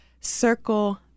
circle